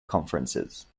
conferences